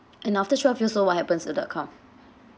and after twelve years old what happens with the account